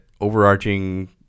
overarching